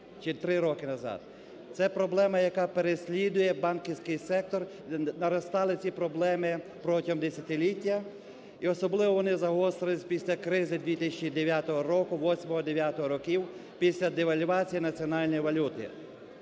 Це проблема, яка переслідує банківський сектор, наростали ці проблеми протягом десятиліття і особливо вони загострились після кризи 2009 року, 2008-2009 років, після девальвації національної валюти,